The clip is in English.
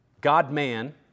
God-man